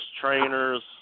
trainers